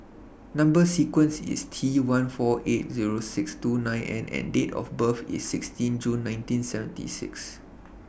Number sequence IS T one four eight Zero six two nine N and Date of birth IS sixteen June nineteen seventy six